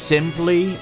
Simply